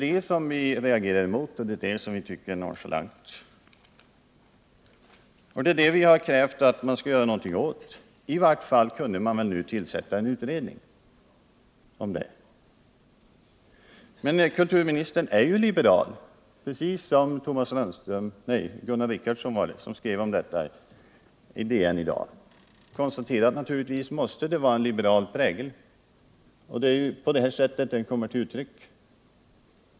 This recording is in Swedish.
Det är det vi har krävt att man skall göra någonting åt. Man kunde i vart fall tillsätta en utredning om det nu. Men kulturministern är ju liberal, precis som Gunnar Richardson skrev i Dagens Nyheter i dag. Jag konstaterar att han visar sin liberala prägel här. Det är på det här sättet den kommer till uttryck.